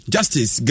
Justice